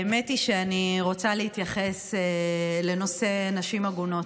האמת, אני רוצה להתייחס לנושא הנשים העגונות.